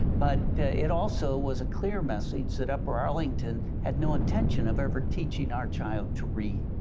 but it also was a clear message that upper arlington had no intention of ever teaching our child to read.